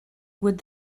would